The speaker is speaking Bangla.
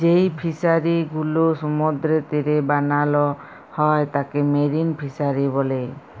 যেই ফিশারি গুলো সমুদ্রের তীরে বানাল হ্যয় তাকে মেরিন ফিসারী ব্যলে